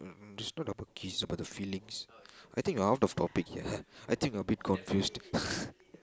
mm it's not about kiss about the feelings I think you are out of topic here I think you're a bit confused